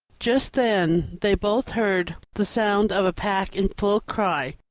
just then they both heard the sound of a pack in full cry,